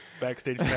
backstage